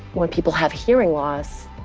when people have hearing loss,